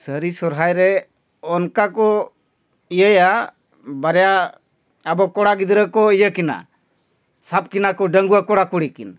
ᱥᱟᱹᱨᱤ ᱥᱚᱦᱨᱟᱭ ᱨᱮ ᱚᱱᱠᱟ ᱠᱚ ᱤᱭᱟᱹᱭᱟ ᱵᱟᱨᱭᱟ ᱟᱵᱚ ᱠᱚᱲᱟ ᱜᱤᱫᱽᱨᱟᱹ ᱠᱚ ᱤᱭᱟᱹ ᱠᱤᱱᱟᱹ ᱥᱟᱵ ᱠᱤᱱᱟ ᱠᱚ ᱰᱟᱺᱜᱩᱣᱟ ᱠᱚᱲᱟ ᱠᱩᱲᱤ ᱠᱤᱱ